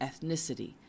ethnicity